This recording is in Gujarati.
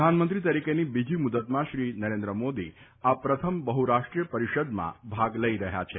પ્રધાનમંત્રી તરીકેની બીજી મુદતમાં શ્રી નરેન્દ્રમોદી આ પ્રથમ બહુરાષ્ટ્રીય પરિષદમાં ભાગ લઇ રહ્યા છે